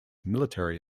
military